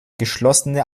geschlossene